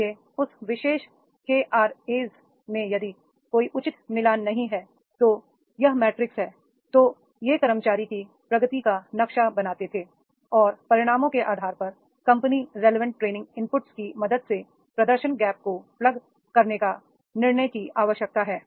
इसलिए उस विशेष इनकेआरए में यदि कोई उचित मिलान नहीं है तो यह मैट्रिक्स है तो वे कर्मचारी की प्रगति का नक्शा बनाते थे और परिणामों के आधार पर company relevant training input की मदद से प्रदर्शन गैप्स को प्लग करने का निर्णय की आवश्यकता है